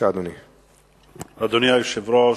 אדוני היושב-ראש,